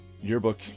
yearbook